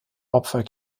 opfer